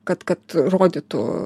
kad kad rodytų